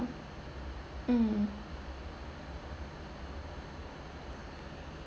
mm